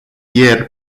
ieri